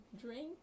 drink